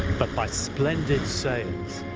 but by splendid sails.